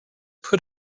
put